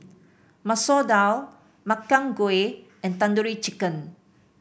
Masoor Dal Makchang Gui and Tandoori Chicken